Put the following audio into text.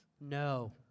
No